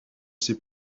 ses